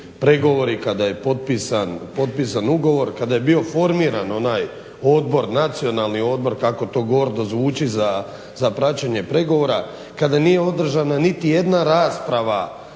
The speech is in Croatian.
pregovori, kada je potpisan ugovor, kada je bio formiran onaj Nacionalni odbor kako to gordo zvuči za praćenje pregovora, kada nije održana niti jedna rasprava